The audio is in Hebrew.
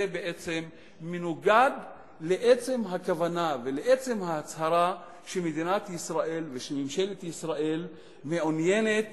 זה מנוגד לעצם הכוונה ולעצם ההצהרה שמדינת ישראל ושממשלת ישראל מעוניינת